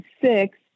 six